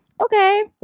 Okay